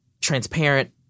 transparent